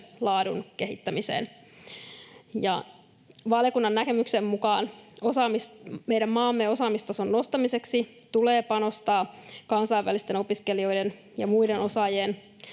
laadun kehittämiseen. Valiokunnan näkemyksen mukaan meidän maamme osaamistason nostamiseksi tulee panostaa kansainvälisten opiskelijoiden ja muiden osaajien